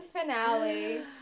finale